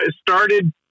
started